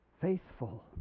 Faithful